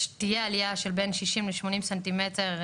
תהיה עלייה של בין 60-80 סנטימטר,